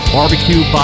Barbecue